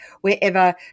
wherever